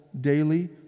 daily